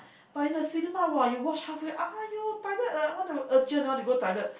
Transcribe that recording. but in the cinema !wah! you watch halfway !aiyo! toilet ah want to urgent want to go toilet